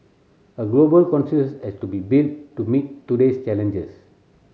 a global consensus has to be built to meet today's challenges